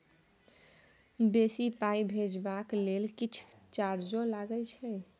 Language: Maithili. बेसी पाई भेजबाक लेल किछ चार्जो लागे छै?